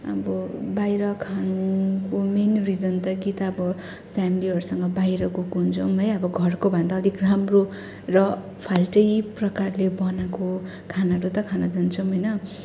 अब बाहिर खानुको मेन रिजन त कि त अब फ्यामिलीहरूसँग बाहिर गएको हुन्छौँ है अब घरको भन्दा अधिक राम्रो र फाल्टै प्रकारले बनाएको खानाहरू त खान जान्छौँ होइन